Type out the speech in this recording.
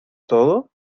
todo